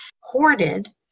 hoarded